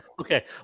Okay